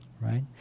right